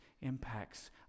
impacts